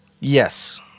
Yes